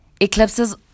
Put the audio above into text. Eclipses